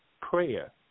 prayer